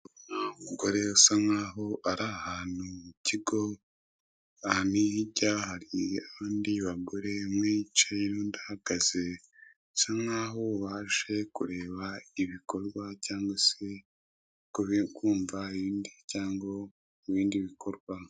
Umugore usa nkaho ari ahantu mu kigo. Ahandi hirya hari abandi bagore umwe wicaye n'undi uhagaze nsa nkaho baje kureba ibikorwa cyangwa se kubi kumva ibindi cyangwa bindi bikorwa.